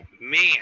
man